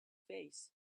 face